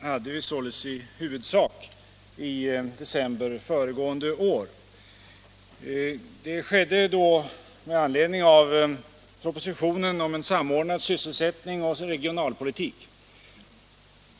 hade vi således i huvudsak i december föregående år, då med anledning av propositionen om en samordnad sysselsättnings och regionalpolitik.